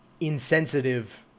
insensitive